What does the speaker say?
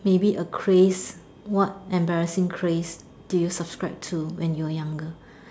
maybe a craze what embarrassing craze did you subscribe to when you were younger